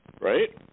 right